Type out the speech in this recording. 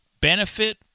benefit